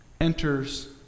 enters